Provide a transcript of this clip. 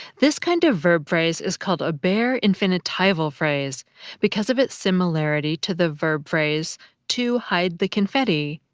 this kind of verb phrase is called a bare infinitival phrase because of its similarity to the verb phrase to hide the confetti,